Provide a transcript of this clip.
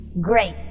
Great